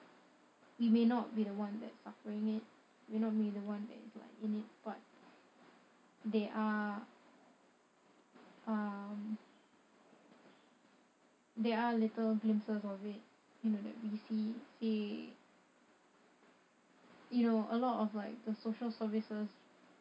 we may not be the one that suffering it we're not the one that is like in it but there are um there are little glimpses of it you know that we see say you know a lot of like the social services